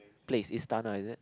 place Istana is it